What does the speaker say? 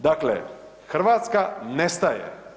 Dakle, Hrvatska nestaje.